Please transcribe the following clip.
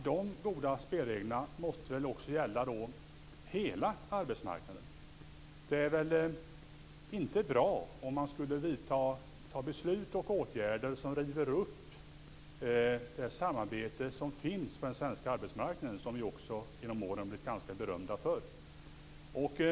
De goda spelreglerna måste väl gälla hela arbetsmarknaden, för det är väl inte bra om man skulle ta beslut och vidta åtgärder som river upp det samarbete som finns på den svenska arbetsmarknaden och som vi genom åren har blivit ganska berömda för.